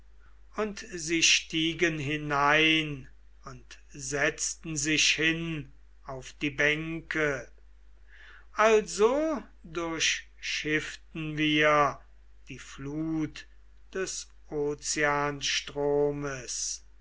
und sie stiegen hinein und setzten sich hin auf die bänke also durchschifften wir die flut des